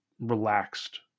relaxed